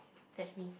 fetch me